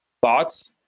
Thoughts